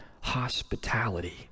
hospitality